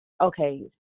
okay